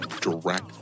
direct